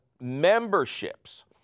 memberships